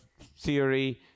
theory